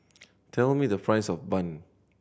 tell me the price of bun